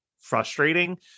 frustrating